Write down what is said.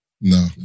No